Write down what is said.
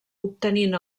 obtenint